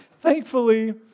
thankfully